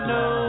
no